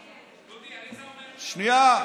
דודי, האם זה אומר, שנייה.